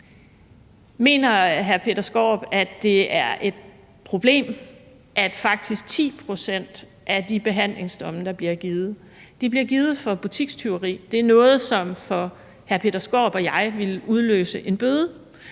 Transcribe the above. Mener hr. Peter Skaarup, at det er et problem, at 10 pct. af de behandlingsdomme, der bliver givet, bliver givet for butikstyveri? Det er noget, som for hr. Peter Skaarup og jeg ville udløse en bøde,